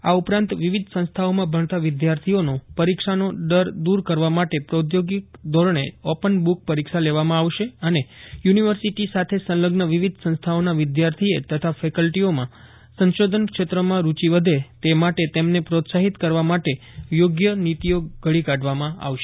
આ ઉપરાંત વિવિધ સંસ્થાઓમાં ભજ્ઞતા વિદ્યાર્થીઓનો પરીક્ષાનો ડર દૂર કરવા માટે પ્રાદ્યોગિક ધોરણે ઓપન બુક પરીક્ષા લેવામાં આવશેઅને યુનિવર્સિટી સાથે સંલગ્ન વિવિધ સંસ્થાઓના વિદ્યાર્થીએ તથા ફેકલ્ટીઓમાં સંશોધન ક્ષેત્રમાં રૂચી વધે તે માટે તેમને પ્રોત્સાહિત કરવા માટે યોગ્ય નીતિઓ ઘડી કાઢવામાં આવશે